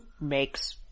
makes